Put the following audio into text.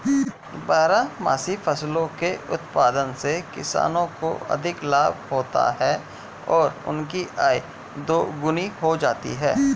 बारहमासी फसलों के उत्पादन से किसानों को अधिक लाभ होता है और उनकी आय दोगुनी हो जाती है